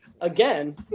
again